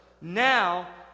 Now